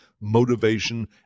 motivation